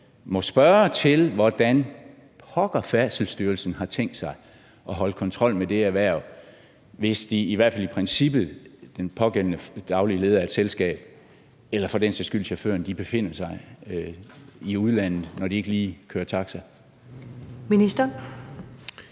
må spørge til, hvordan pokker Færdselsstyrelsen har tænkt sig i hvert fald i princippet at holde kontrol med det erhverv, hvis den pågældende daglige leder af et selskab eller for den sags skyld chaufføren befinder sig i udlandet, når de ikke lige kører taxa? Kl.